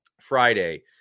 Friday